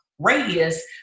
radius